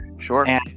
Sure